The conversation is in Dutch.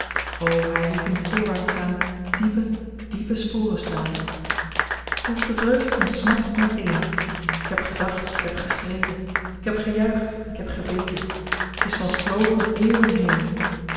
o hy liet in t voorwaarts gaan diepe diepe sporen staan k proefde vreugde en smart met één k heb gedacht en k heb gestreden k heb gejuicht en k heb gebeden t is me als vlogen eeuwen heen